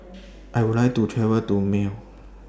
I Would like to travel to Male